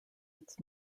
its